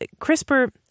CRISPR